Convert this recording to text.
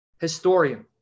Historian